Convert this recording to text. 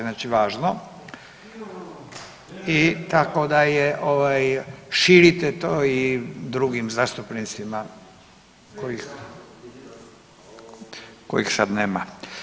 Znači važno, tako da širite to i drugim zastupnicima kojih sad nema.